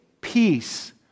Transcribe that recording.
peace